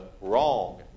wrong